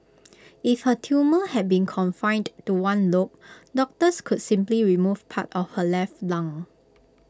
if her tumour had been confined to one lobe doctors could simply remove part of her left lung